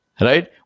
Right